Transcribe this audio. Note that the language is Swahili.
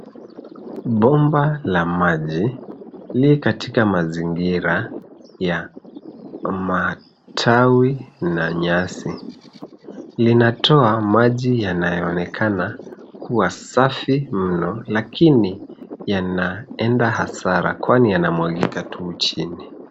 Bomba la maji, li katika mazingira ya matawi na nyasi. Linatoa maji yanayoonekana kuwa safi mno lakini yanaenda hasara kwani yanamwagika tu chini.